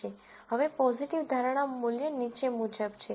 હવે પોઝીટિવ ધારણા મૂલ્ય નીચે મુજબ છે